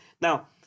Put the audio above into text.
Now